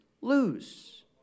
lose